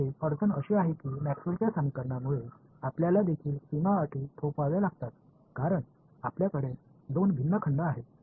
येथे अडचण अशी आहे की मॅक्सवेलच्या समीकरणांमुळे आपल्याला देखील सीमा अटी थोपवाव्या लागतात कारण आपल्याकडे दोन भिन्न खंड आहेत